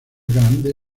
grande